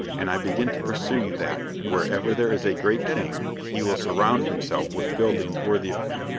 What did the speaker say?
and i begin to perceive that, wherever there is a great king he will surround himself with buildings worthy of him.